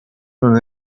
non